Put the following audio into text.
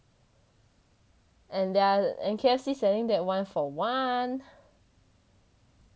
and they are and K_F_C selling that one for one